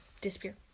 disappear